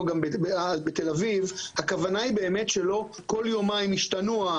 שהנהלים לא ישתנו כל יומיים,